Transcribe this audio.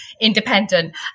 independent